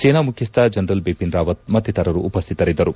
ಸೇನಾ ಮುಖ್ಯಸ್ಥ ಜನರಲ್ ಬಿಪಿನ್ ರಾವತ್ ಮತ್ತಿತರರು ಉಪಶ್ಯಿತರಿದ್ದರು